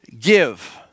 give